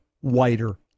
whiter